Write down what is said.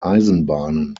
eisenbahnen